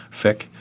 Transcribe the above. Fick